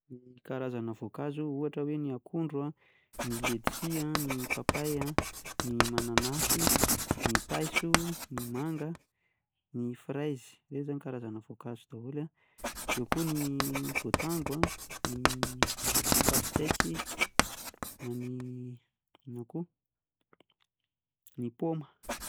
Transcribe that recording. Ny karazana voankazo ohatra hoe ny: akondro a, ny ledisia, ny papay, ny mananasy, ny paiso, ny manga, ny frezy, ireo zany karazana voankazo, eo koa ny voatango, ny pasteque, ah ny inona koa ny paoma.